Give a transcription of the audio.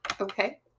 Okay